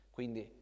Quindi